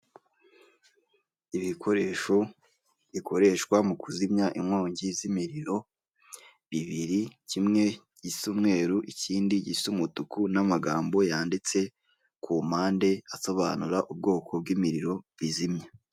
Ibikoresho bikoreshwa mu kuzimya inkongi z'imiriro bibiri, kimwe gisa umweru, ikindi gisa umutuku n'amagambo yanditse ku mpande asobanura ubwoko bw'imiriro bizimya.